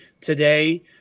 today